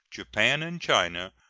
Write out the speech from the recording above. japan, and china,